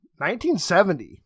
1970